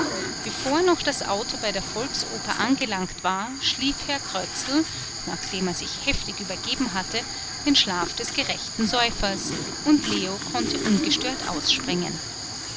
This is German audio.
bevor noch das auto bei der volksoper angelangt war schlief herr krötzl nachdem er sich heftig übergeben hatte den schlaf des gerechten säufers und leo konnte ungestört ausspringen